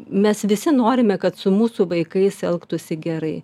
mes visi norime kad su mūsų vaikais elgtųsi gerai